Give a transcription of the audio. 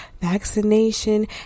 vaccination